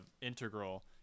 integral